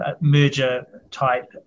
merger-type